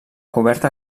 coberta